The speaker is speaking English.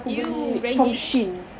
!eww! regular